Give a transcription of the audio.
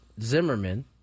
Zimmerman